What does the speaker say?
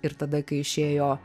ir tada kai išėjo